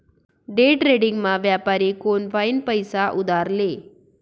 डेट्रेडिंगमा व्यापारी कोनफाईन पैसा उधार ले